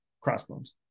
crossbones